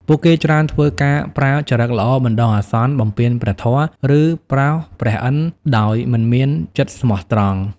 ពួកគេច្រើនធ្វើការប្រើចរិតល្អបណ្ដោះអាសន្ន បំពានព្រះធម៌ ឬប្រោសព្រះឥន្ទន៍ដោយមិនមានចិត្តស្មោះត្រង់។